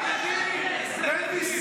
עתידין להיגאל.